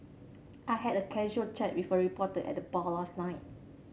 I had a casual chat with a reporter at the bar last night